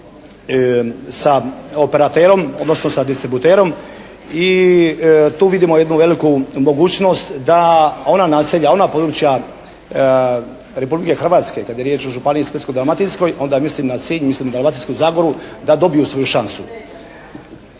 sa operaterom odnosno sa distributerom i tu vidimo jednu veliku mogućnost da ona naselja, ona područja Republike Hrvatske kada je riječ o županiji Splitsko-Dalmatinskoj onda mislim na Sinj, mislim na Dalmatinsku Zagoru, da dobiju svoju šansu.